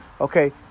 Okay